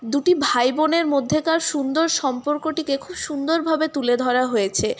দুটি ভাই বোনের মধ্যেকার সুন্দর সম্পর্কটিকে খুব সুন্দরভাবে তুলে ধরা হয়েছে